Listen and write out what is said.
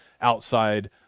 outside